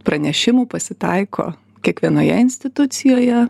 pranešimų pasitaiko kiekvienoje institucijoje